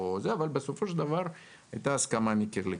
בסופו של דבר הייתה הסכמה מקיר לקיר.